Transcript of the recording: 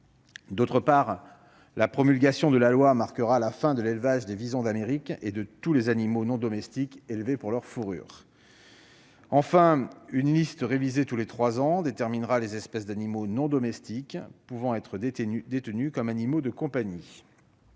ailleurs, la promulgation de la loi marquera la fin de l'élevage des visons d'Amérique et de tous les animaux non domestiques élevés pour leur fourrure. Enfin, une liste révisée tous les trois ans déterminera les espèces d'animaux non domestiques pouvant être détenus comme animaux de compagnie.